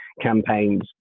campaigns